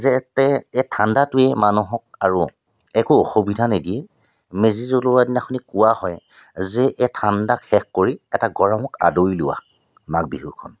যেতে এই ঠাণ্ডাটোৱে মানুহক আৰু একো অসুবিধা নিদিয়ে মেজি জ্বলোৱা দিনাখনি কোৱা হয় যে এই ঠাণ্ডাক শেষ কৰি এটা গৰমক আদৰি লোৱা মাঘ বিহুখন